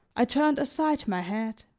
i turned aside my head.